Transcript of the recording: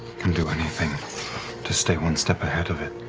can do anything to stay one step ahead of it,